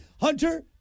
Hunter